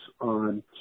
on